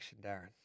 Darren